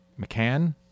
McCann